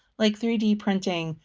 like three d printing,